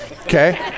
Okay